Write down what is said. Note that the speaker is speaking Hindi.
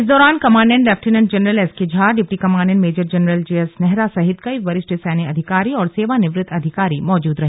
इस दौरान कमाडेंट ले general S K Jha deputy commandant major general J S Nehra सहित कई वरिष्ठ सैन्य अधिकारी और सेवानिवृत्त अधिकारी मौजूद रहे